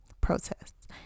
protests